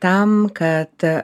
tam kad